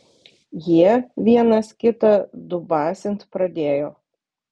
jie vienas kitą dubasint pradėjo